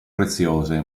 preziose